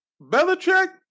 Belichick